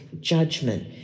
judgment